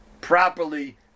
properly